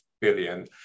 billion